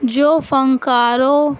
جو فنکاروں